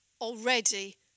already